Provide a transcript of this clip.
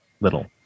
little